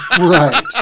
Right